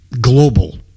Global